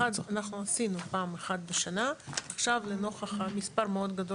עשינו פעם אחת בשנה ועכשיו נוכח מספר כדול